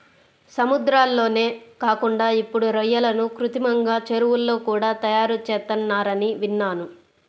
సముద్రాల్లోనే కాకుండా ఇప్పుడు రొయ్యలను కృత్రిమంగా చెరువుల్లో కూడా తయారుచేత్తన్నారని విన్నాను